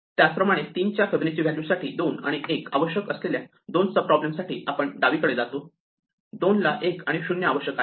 त्याचप्रमाणे 3 च्या Fibonacci value साठी 2 आणि 1 आवश्यक असलेल्या दोन सब प्रॉब्लेम साठी आपण डावीकडे जातो 2 ला 1 आणि 0 आवश्यक आहे